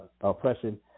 oppression